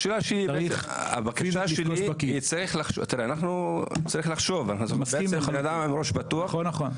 צריך לחשוב עם ראש פתוח.